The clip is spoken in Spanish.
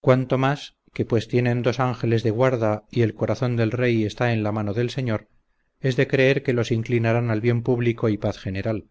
cuanto más que pues tienen dos ángeles de guarda y el corazón del rey está en la mano del señor es de creer que los inclinarán al bien público y paz general